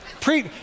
pre